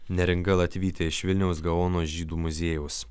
neringa latvytė iš vilniaus gaono žydų muziejaus